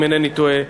אם אינני טועה,